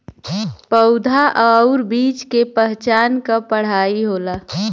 पउधा आउर बीज के पहचान क पढ़ाई होला